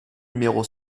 numéro